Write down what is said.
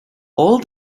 all